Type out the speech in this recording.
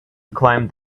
climbed